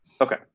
Okay